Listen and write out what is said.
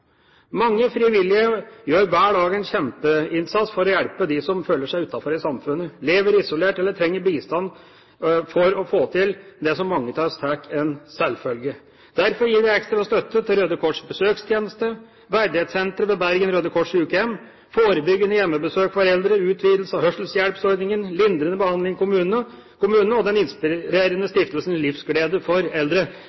Mange frivillige gjør hver dag en kjempeinnsats for å hjelpe dem som føler seg utenfor i samfunnet, lever isolert eller trenger bistand for å få til det mange av oss tar som en selvfølge. Derfor gir vi ekstra støtte til Røde Kors' besøkstjeneste, Verdighetssenteret ved Bergen Røde Kors sykehjem, forebyggende hjemmebesøk hos eldre, utvidelse av hørselshjelpsordningen, lindrende behandling i kommunene og den inspirerende